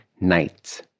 Nights